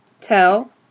tell